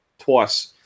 Twice